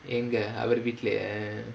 எங்க அவர் வீட்லயா:enga avar veetlayaa